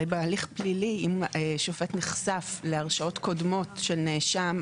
הרי אם שופט נחשף בהליך פלילי להרשעות קודמות של נאשם,